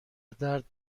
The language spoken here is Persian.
درد